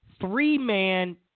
three-man